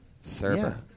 Server